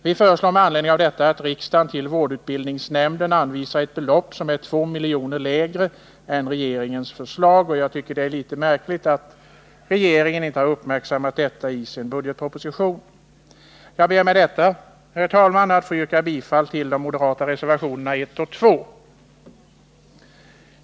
Vi föreslår med anledning av detta att riksdagen till vårdutbildningsnämnden anvisar ett belopp som är 2 milj.kr. lägre än regeringens förslag. Jag tycker det är litet märkligt att regeringen inte har uppmärksammat detta i sin budgetproposition. Jag ber med detta, herr talman, att få yrka bifall till de moderata reservationerna 1 och 2.